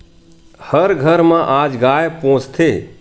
हर घर म आज गाय पोसथे